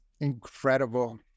incredible